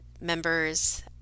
members